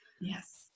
Yes